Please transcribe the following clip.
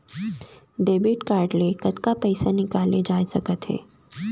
Debit card ले कतका पइसा निकाले जाथे सकत हे?